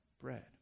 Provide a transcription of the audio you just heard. bread